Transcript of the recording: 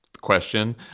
question